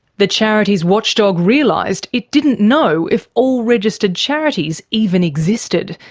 the charities watchdog realised it didn't know if all registered charities even existed.